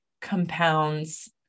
compounds